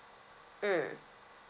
mm